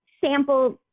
sample